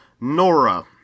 Nora